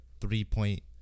three-point